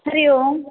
हरियोम्